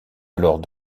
alors